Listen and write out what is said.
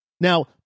Now